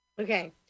okay